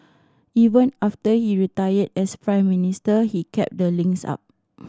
even after he retired as Prime Minister he kept the links up